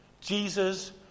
Jesus